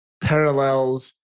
parallels